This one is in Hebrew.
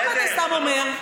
למה אתה סתם אומר?